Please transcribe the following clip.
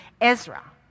Ezra